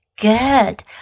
Good